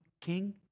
king